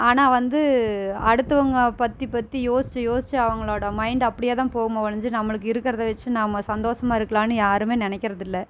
ஆனால் வந்து அடுத்தவங்க பற்றி பற்றி யோசித்து யோசித்து அவர்களோட மைண்ட் அப்படியே தான் போகுமே ஒழிஞ்சு நம்மளுக்கு இருக்கிறத வச்சு நாம் சந்தோஷமா இருக்கலாம்னு யாருமே நினைக்கறதில்ல